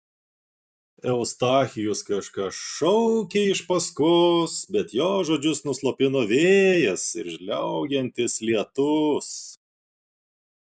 eustachijus kažką šaukė iš paskos bet jo žodžius nuslopino vėjas ir žliaugiantis lietus